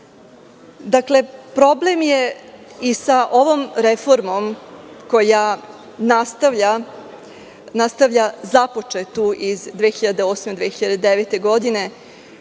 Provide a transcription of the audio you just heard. jedinica. Problem je i sa ovom reformom koja nastavlja započetu iz 2008. i 2009. godine,